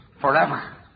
forever